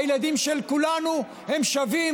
והילדים של כולנו הם שווים,